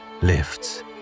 lifts